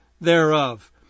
thereof